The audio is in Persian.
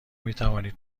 میتوانید